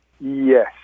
Yes